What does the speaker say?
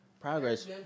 Progress